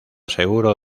seguro